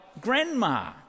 grandma